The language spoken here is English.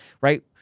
right